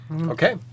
Okay